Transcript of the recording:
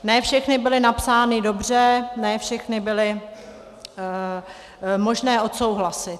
Ne všechny byly napsány dobře, ne všechny byly možné odsouhlasit.